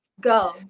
Go